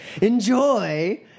Enjoy